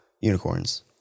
unicorns